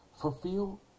Fulfill